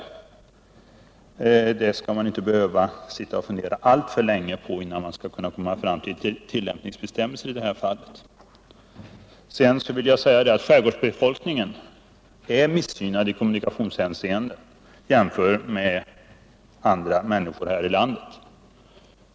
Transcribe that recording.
Man skall väl inte behöva sitta och fundera alltför länge innan man kan få fram tillämpningsbestämmelser i detta fall. Skärgårdsbefolkningen är missgynnad i kommunikationshänseende jämfört med andra människor här i landet.